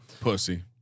Pussy